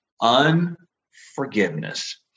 unforgiveness